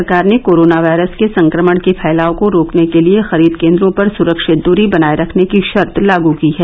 सरकार ने corona virus के संक्रमण के फैलाव को रोकने के लिए खरीद केन्दो पर सुरक्षित दूरी बनाये रखने की शर्त लागू की है